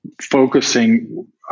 focusing